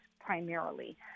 primarily